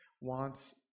wants